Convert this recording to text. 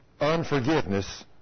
unforgiveness